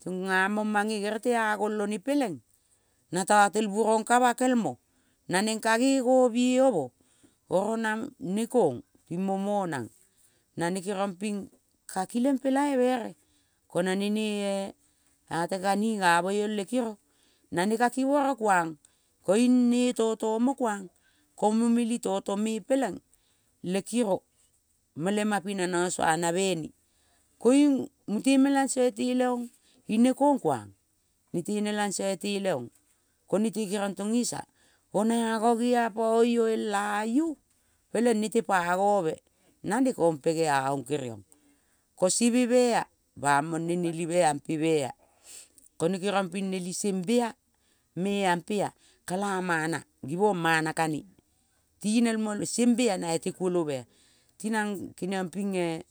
Tongeamong mange gerel tea golone peleng, natotelburong ka bakelmo. Na neng ka nge ngobie omo, oro na ne kong ting mo monang. Naneka kenong ping ke kilengpolaibe ere, kona ne neea tekaninga moiong le kiro, na ne ka kiboro kuang koing ne totomo kuang, ko mo meli toto me peleng le kiro mo lema pina nosuanabe ne, koing mute melaiso iteleong, ne kong kuang nete nelaiso iteleong. Konete kenong tong esia kona eango ngeapo oio ela iu peleng nete pagobe na ne kong peseaong keriong. Ko sebe mea bamang ne nelibe ampe mea. Kone keriong ping neli sembe-a me ampea kala mana givong mana kane. Tinel mole, sembea naite kuolobe. Tinang keniong pinge